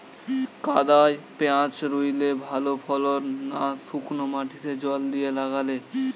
কাদায় পেঁয়াজ রুইলে ভালো ফলন না শুক্নো মাটিতে জল দিয়ে লাগালে?